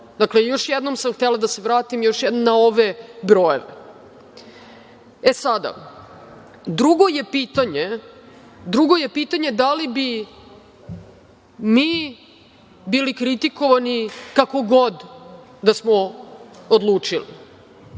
uslovi. Dakle, još jednom sam htela da se vratim na ove brojeve.E, sada, drugo je pitanje da li bi mi bili kritikovani kako god da smo odlučili.